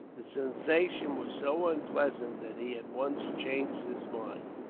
the sensation was so unpleasant that he at once changed his mind.